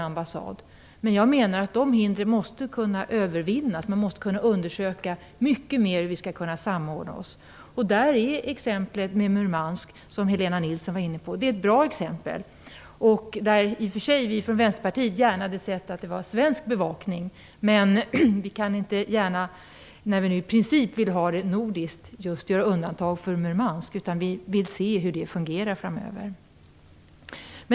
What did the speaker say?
Men jag menar att de svårigheterna måste kunna övervinnas. Man måste undersöka mycket mera hur vi skall kunna samordna oss. I det sammanhanget är Murmansk - en fråga som Helena Nilsson var inne på - ett bra exempel. Vi från Västerpartiet hade i och för sig gärna sett att det hade varit svensk bevakning. Men vi kan inte göra undantag för just Murmansk, nu när vi i princip vill att det skall vara nordiskt. Vi vill se hur det fungerar framöver.